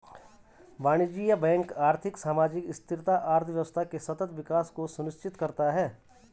वाणिज्यिक बैंक आर्थिक, सामाजिक स्थिरता, अर्थव्यवस्था के सतत विकास को सुनिश्चित करता है